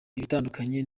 ibitandukanye